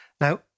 Now